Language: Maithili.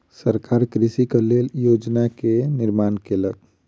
सरकार कृषक के लेल योजना के निर्माण केलक